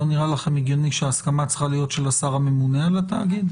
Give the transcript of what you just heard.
לא נראה לכם הגיוני שההסכמה צריכה להיות של השר הממונה על התאגיד?